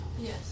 yes